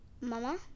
mama